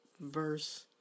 verse